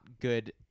good